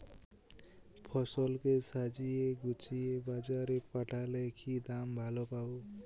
ফসল কে সাজিয়ে গুছিয়ে বাজারে পাঠালে কি দাম ভালো পাব?